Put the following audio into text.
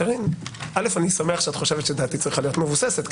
אני שמח שאת חושבת שדעתי צריכה להיות מבוססת,